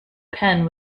pen